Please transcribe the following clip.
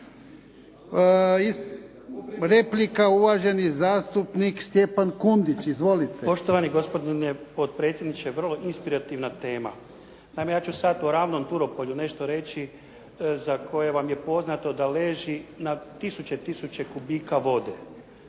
Replika, uvaženi zastupnik Stjepan Kundić. Izvolite. **Kundić, Stjepan (HDZ)** Poštovani gospodine potpredsjedniče. Vrlo inspirativna tema. Naime, ja ću sad o ravnom Turopolju nešto reći za koje vam je poznato da leži na tisuće, tisuće kubika vode,